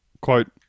Quote